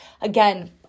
Again